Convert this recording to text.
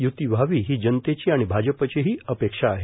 य्ती व्हावी ही जनतेची आणि भाजपचीही अपेक्षा आहे